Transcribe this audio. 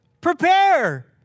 Prepare